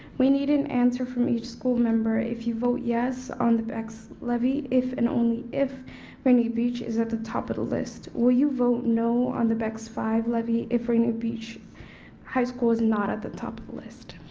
we need an answer from each school member, if you vote yes on the bex levy if and only if rainier beach is at the top of the list? will you vote no on the bex five levy if rainier beach high school is not at the top of the list?